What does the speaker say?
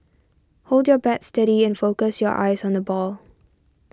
hold your bat steady and focus your eyes on the ball